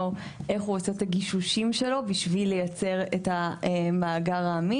איך הוא עושה את הגישושים שלו בשביל לייצר את המאגר האמין